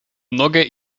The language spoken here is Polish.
nogę